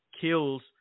kills